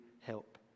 help